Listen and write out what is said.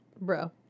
Bro